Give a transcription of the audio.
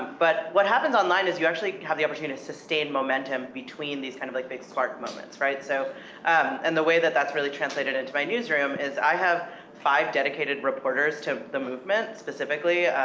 but what happens online, is you actually have the opportunity to sustain momentum between these kind of like big spark moments, right? so and the way that that's really translated into my newsroom, is i have five dedicated reporters to the movement, specifically,